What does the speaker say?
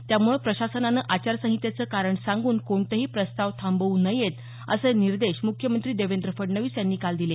त्यामुळे प्रशासनानं आचारसंहितेचे कारण सांगून कोणतेही प्रस्ताव थांबवू नयेत असे निर्देश मुख्यमंत्री देवेंद्र फडणवीस यांनी काल दिले